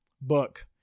book